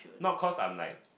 not cause I'm like